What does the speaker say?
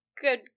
good